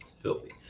filthy